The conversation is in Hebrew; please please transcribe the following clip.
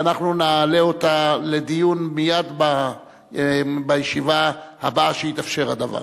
ואנחנו נעלה אותה לדיון מייד בישיבה הבאה שיתאפשר הדבר.